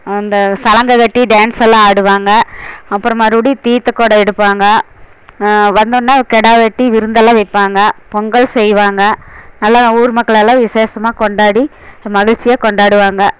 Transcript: அந்த சலங்கை கட்டி டான்ஸ் எல்லாம் ஆடுவாங்க அப்புறம் மறுபடி தீர்த்த குடம் எடுப்பாங்க வந்தோடன கிடா வெட்டி விருந்தெல்லாம் வைப்பாங்க பொங்கல் செய்வாங்க நல்லா ஊர் மக்களெல்லாம் விசேஷமாக கொண்டாடி மகிழ்ச்சியாக கொண்டாடுவாங்க